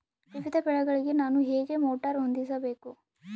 ವಿವಿಧ ಬೆಳೆಗಳಿಗೆ ನಾನು ಹೇಗೆ ಮೋಟಾರ್ ಹೊಂದಿಸಬೇಕು?